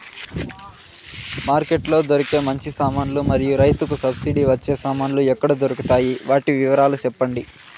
Market లో దొరికే మంచి సామాన్లు మరియు రైతుకు సబ్సిడి వచ్చే సామాన్లు ఎక్కడ దొరుకుతాయి? వాటి వివరాలు సెప్పండి?